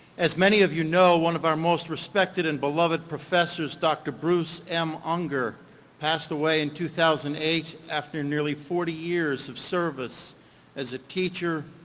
as many of you know one of our most respected and beloved professors dr. bruce m. unger passed away in two thousand and eight after nearly forty years of service as a teacher,